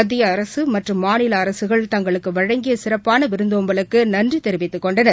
மத்தியஅரசுமற்றும் மாநிலஅரசுகள் தங்களுக்குவழங்கியசிறப்பாளவிருந்தோம்பலுக்குநன்றிதெரிவித்துக் கொண்டனர்